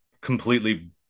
completely